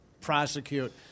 prosecute